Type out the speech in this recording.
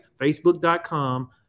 facebook.com